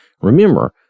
Remember